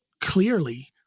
clearly